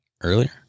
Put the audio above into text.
earlier